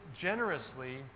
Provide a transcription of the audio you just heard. generously